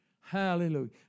Hallelujah